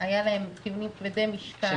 להם טיעונים כבדי משקל.